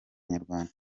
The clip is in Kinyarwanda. nyarwanda